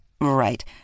Right